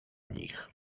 nich